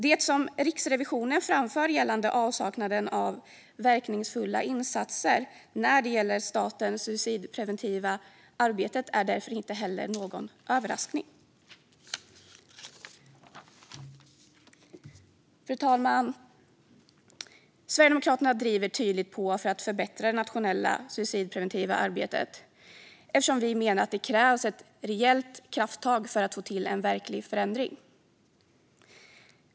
Det som Riksrevisionen framför om avsaknaden av verkningsfulla insatser när det gäller statens suicidpreventiva arbete är därför ingen överraskning. Fru talman! Sverigedemokraterna driver tydligt på för att förbättra det nationella suicidpreventiva arbetet eftersom vi menar att det krävs reella krafttag för att få till en verklig förändring.